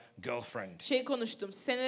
girlfriend